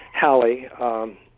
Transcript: Hallie